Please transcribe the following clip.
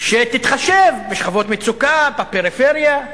שתתחשב בשכבות מצוקה, בפריפריה.